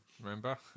Remember